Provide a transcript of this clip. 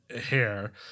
hair